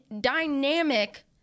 dynamic